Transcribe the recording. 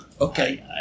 Okay